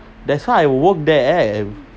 that's why I work there